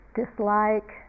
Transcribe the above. dislike